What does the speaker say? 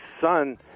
son